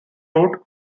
route